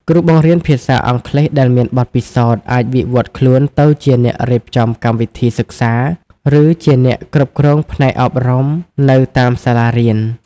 គ្រូបង្រៀនភាសាអង់គ្លេសដែលមានបទពិសោធន៍អាចវិវត្តខ្លួនទៅជាអ្នករៀបចំកម្មវិធីសិក្សា (Curriculum Developer) ឬជាអ្នកគ្រប់គ្រងផ្នែកអប់រំនៅតាមសាលារៀន។